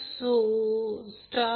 81 98